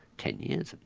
ten years,